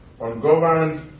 Ungoverned